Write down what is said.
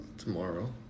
tomorrow